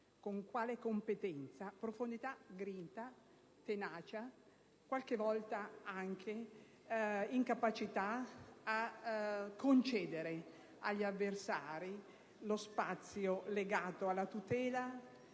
con quale competenza, profondità, grinta, tenacia, qualche volta anche incapacità di concedere agli avversari lo spazio legato alla tutela